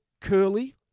Curly